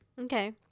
okay